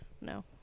No